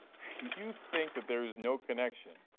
you think that there is no connection?